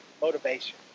motivation